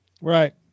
Right